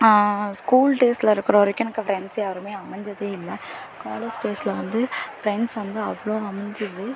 school டேஸில் இருக்கிற வரைக்கும் எனக்கு ஃப்ரெண்ட்ஸ் யாருமே அமைஞ்சதே இல்லை காலேஜ் டேஸில் வந்து ஃப்ரெண்ட்ஸ் வந்து அவ்வளோ அமைஞ்சிது